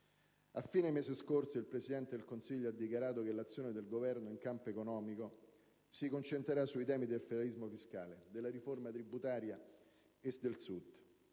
fine del mese scorso, il Presidente del Consiglio ha dichiarato che l'azione del Governo, in campo economico, si concentrerà sui temi del federalismo fiscale, della riforma tributaria e del Sud.